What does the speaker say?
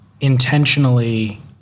intentionally